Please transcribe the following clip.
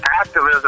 activism